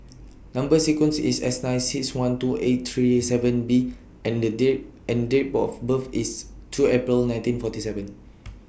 Number sequence IS S nine six one two eight three seven B and The Date and Date Both birth IS two April nineteen forty seven